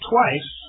Twice